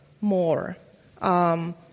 more